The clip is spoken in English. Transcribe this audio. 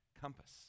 compass